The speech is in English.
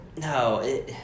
No